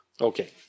Okay